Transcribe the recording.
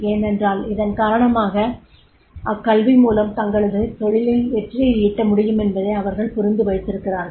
ஏனென்றால் இதன் காரணமாக அக்கல்வி மூலம் தங்களது தொழிலில் வெற்றியை ஈட்ட முடியுமென்பதை அவர்கள் புரிந்துவைத்திருக்கிறார்கள்